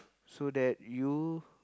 so that you